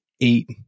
eight